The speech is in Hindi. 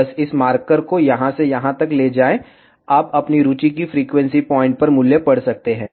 बस इस मार्कर को यहां से यहां तक ले जाएं आप अपनी रुचि के फ्रीक्वेंसी पॉइंट पर मूल्य पढ़ सकते हैं